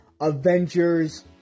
Avengers